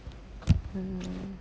mm